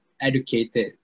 educated